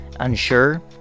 unsure